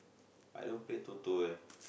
I don't play Toto eh